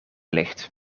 licht